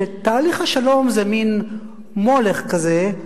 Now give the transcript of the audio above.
שתהליך השלום זה מין מולך כזה.